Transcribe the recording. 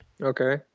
Okay